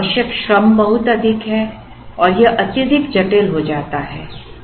इसमें आवश्यक श्रम बहुत अधिक है और यह अत्यधिक जटिल हो जाता है